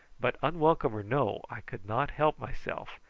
but unwelcome or no i could not help myself,